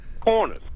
Corners